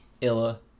illa